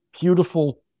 beautiful